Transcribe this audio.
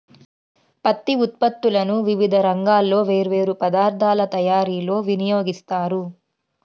పత్తి ఉత్పత్తులను వివిధ రంగాల్లో వేర్వేరు పదార్ధాల తయారీలో వినియోగిస్తారు